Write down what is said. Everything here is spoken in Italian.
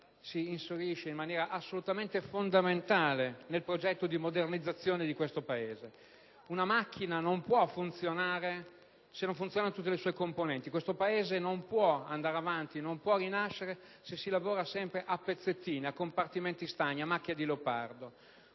si inserisce in maniera assolutamente fondamentale nel progetto di modernizzazione di questo Paese. Una macchina non può funzionare se non funzionano tutte le sue componenti. Questo Paese non può andare avanti, non può rinascere, se si lavora sempre a pezzettini, a compartimenti stagni, a macchia di leopardo.